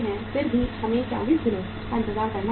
फिर भी हमें 40 दिनों तक इंतजार करना होगा